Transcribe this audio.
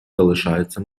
залишаються